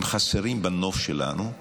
הם חסרים בנוף שלנו.